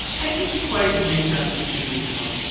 i didn't quite make up the judy though.